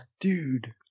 dude